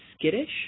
skittish